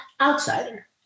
outsider